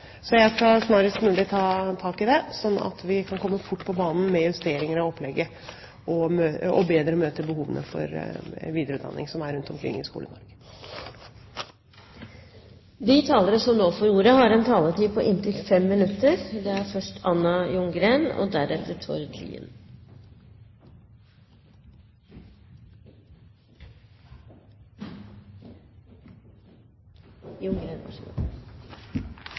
Så jeg skal snarest mulig ta tak i det, slik at vi kan komme fort på banen med justeringer av opplegget for bedre å møte de behovene for videreutdanning vi har rundt omkring i skolene. Først vil jeg takke representanten Aspaker for å ha tatt opp dette temaet i stortingssalen. Det er alltid flott å få diskutere læreren, lærerens rolle og